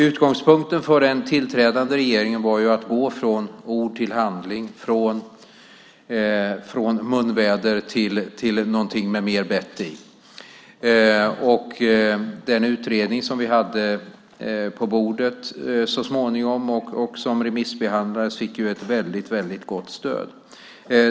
Utgångspunkten för den tillträdande regeringen var att gå från ord till handling, från munväder till något med mer bett i. Den utredning som så småningom fanns på bordet och som remissbehandlades fick ett gott stöd.